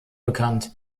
bekannt